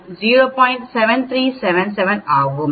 7377 ஆகும்